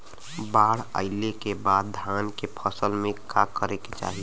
बाढ़ आइले के बाद धान के फसल में का करे के चाही?